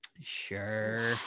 sure